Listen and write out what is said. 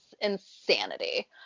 insanity